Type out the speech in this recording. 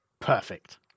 Perfect